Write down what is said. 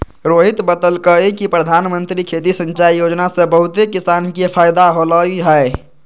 रोहित बतलकई कि परधानमंत्री खेती सिंचाई योजना से बहुते किसान के फायदा होलई ह